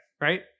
Right